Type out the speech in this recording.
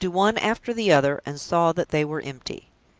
looked into one after the other, and saw that they were empty,